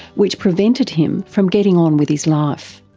which prevented him from getting on with his life.